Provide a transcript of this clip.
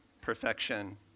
perfection